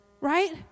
right